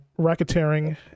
racketeering